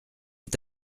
est